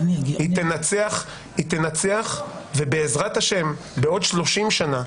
היא תנצח, ובעזרת ה', בעוד שלושים שנה,